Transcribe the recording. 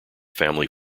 family